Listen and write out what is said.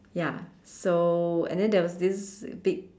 ya so and then there was this big